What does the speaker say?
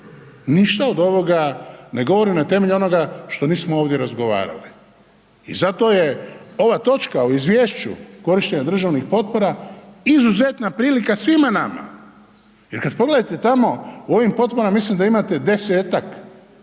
Ništa od ovoga ne govorim na temelju onoga što nismo ovdje razgovarali i zato je ova točka u izvješću korištenja državnih potpora izuzetna prilika svima nama jer kad pogledate tamo u onim .../Govornik se ne